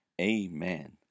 Amen